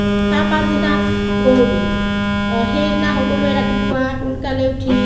তাৰ পিছদিনা গৰু বিহু সেইদিনা সকলোৱে ৰাতিপুৱা সোনকালে উঠি